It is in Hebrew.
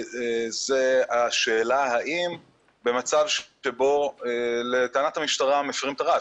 זה השאלה האם במצב שבו לטענת המשטרה מפרים את הרעש,